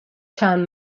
چند